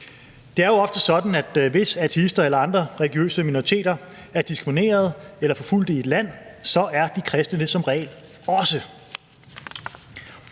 Det er jo ofte sådan, at hvis ateister eller religiøse minoriteter er diskrimineret eller forfulgt i et land, er de kristne det som regel også.